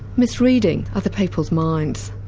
misreading other people's minds.